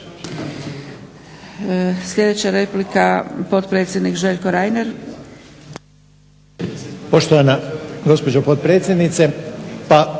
Sljedeća replika, potpredsjednik Željko Reiner.